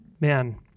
man